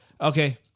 okay